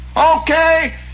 Okay